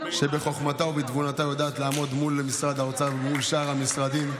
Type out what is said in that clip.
שבחוכמתה ובתבונתה יודעת לעמוד מול משרד האוצר ומול שאר המשרדים.